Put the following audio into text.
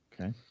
Okay